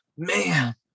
man